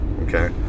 Okay